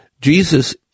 Jesus